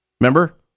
Remember